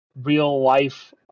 real-life